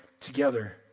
together